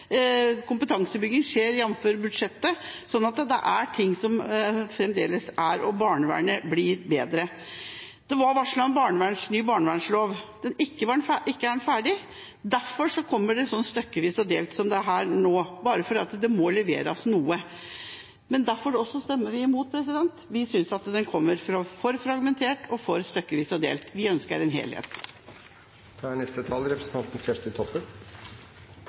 Kompetansebygging skjer, jf. budsjettet. Så fremdeles gjøres det ting. Og barnevernet blir bedre. Det var varslet en ny barnevernslov. Den er ikke ferdig, og derfor kommer dette stykkevis og delt, som her nå, bare fordi noe må leveres. Derfor stemmer vi også imot. Vi synes at det kommer for fragmentert og for stykkevis og delt. Vi ønsker helhet. Eg kjem med ei lita stemmeforklaring og ein kommentar. Eg er einig med representanten